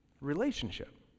Relationship